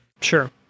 Sure